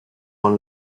con